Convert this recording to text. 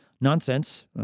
Nonsense